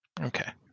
okay